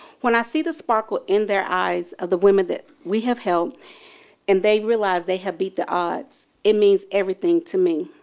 when i see the sparkle in their eyes of the women that we have helped and they realize they have beat the odds, it means everything to me.